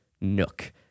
nook